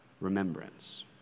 remembrance